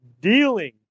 dealing